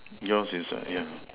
yours is a yeah